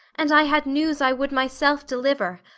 and i had news i would myself deliver,